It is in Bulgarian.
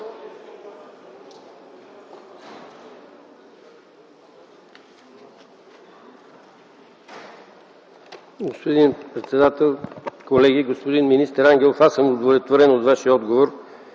Господин председател, колеги! Господин министър Ангелов, аз съм удовлетворен от Вашия отговор.